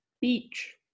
beach